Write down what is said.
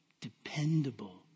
dependable